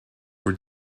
for